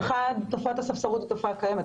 1. תופעת הספסרות היא תופעה קיימת,